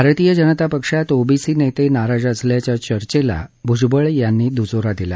भारतीय जनता पक्षात ओबीसी नेते नाराज असल्याच्या चर्चेला भूजबळ यांनी दुजोरा दिला